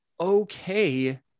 okay